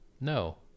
No